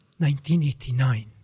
1989